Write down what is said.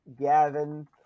Gavin